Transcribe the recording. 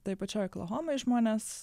toj pačioj oklahomoj žmonės